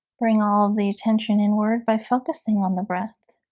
bring all the attention inward by focusing on the breath